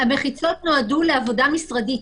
המחיצות נועדו לעבודה משרדית.